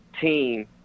team